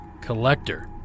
collector